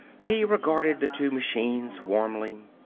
he regarded the two machines warmly.